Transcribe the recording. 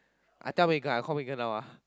I tell Megan I call Megan now ah